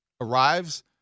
arrives